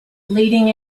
leading